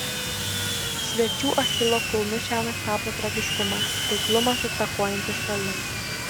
svečių achilo kulnu šiąnakt tapo tragiškumas taiklumas atakuojant iš toli